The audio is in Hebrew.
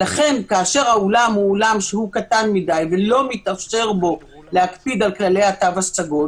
לכן כאשר האולם שהוא קטן מדי ולא מתאפשר בו להקפיד על תנאי התו הסגול,